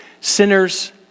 Sinners